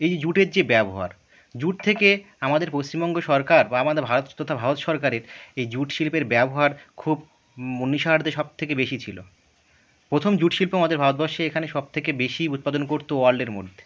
এই জুটের যে ব্যবহার জুট থেকে আমাদের পশ্চিমবঙ্গ সরকার বা আমাদের ভারত তথা ভারত সরকারের এই জুট শিল্পের ব্যবহার খুব ঊনিশার্ধ্বে সবথেকে বেশি ছিল প্রথম জুট শিল্প আমাদের ভারতবর্ষে এখানে সবথেকে বেশি উৎপাদন করতো ওয়ার্ল্ডের মধ্যে